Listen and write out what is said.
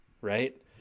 right